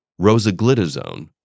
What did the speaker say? rosiglitazone